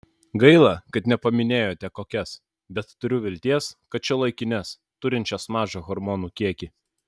gaila kad nepaminėjote kokias bet turiu vilties kad šiuolaikines turinčias mažą hormonų kiekį